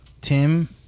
Tim